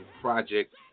project